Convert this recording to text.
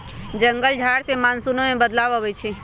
जंगल झार से मानसूनो में बदलाव आबई छई